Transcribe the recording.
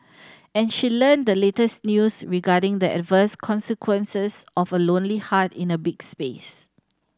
and she learnt the latest news regarding the adverse consequences of a lonely heart in a big space